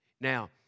Now